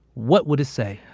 what would it say?